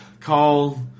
call –